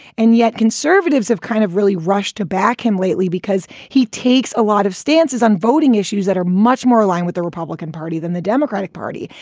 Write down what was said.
and yet conservatives have kind of really rush to back him lately because he takes a lot of stances on voting issues that are much more aligned with the republican party than the democratic party.